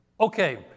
Okay